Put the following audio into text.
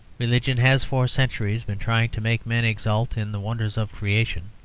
religion has for centuries been trying to make men exult in the wonders of creation,